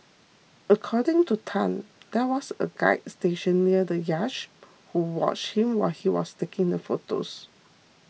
according to Tan there was a guard stationed near the yacht who watched him while he was taking the photos